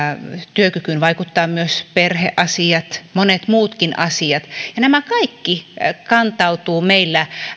työkykyyn vaikuttavat myös perheasiat monet muutkin asiat ja nämä kaikki kantautuvat meillä